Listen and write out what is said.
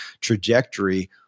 trajectory